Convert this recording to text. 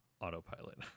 autopilot